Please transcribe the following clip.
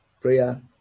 Prayer